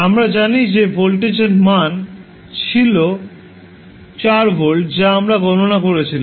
আমরা জানি যে ভোল্টেজের মান ছিল 4 ভোল্ট যা আমরা গণনা করেছিলাম